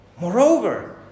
Moreover